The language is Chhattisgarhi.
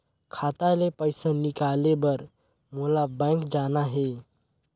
खाता ले पइसा निकाले बर मोला बैंक जाना हे?